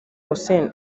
hussein